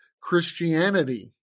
Christianity